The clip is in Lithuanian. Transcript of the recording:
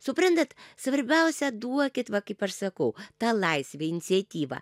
suprantat svarbiausia duokit va kaip aš sakau tą laisvę iniciatyvą